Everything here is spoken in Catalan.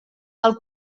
del